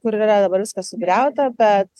kur yra dabar viskas sugriauta bet